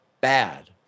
bad